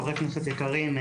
חברי כנסת יקרים,